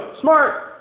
smart